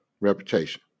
reputation